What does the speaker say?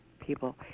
people